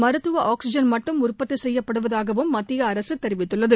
மருத்துவ ஆக்ஸிஜன் மட்டும் உற்பத்தி செய்யப்படுவதாகவும் மத்திய அரசு தெரிவித்துள்ளது